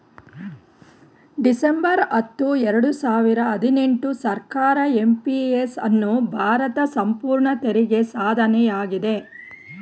December ಹತ್ತು ಎರಡು ಸಾವಿರ ಹದಿನೆಂಟು ಸರ್ಕಾರ ಎಂ.ಪಿ.ಎಸ್ ಅನ್ನು ಭಾರತ ಸಂಪೂರ್ಣ ತೆರಿಗೆ ಸಾಧನೆಯಾಗಿದೆ